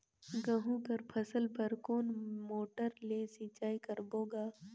गहूं कर फसल बर कोन मोटर ले सिंचाई करबो गा?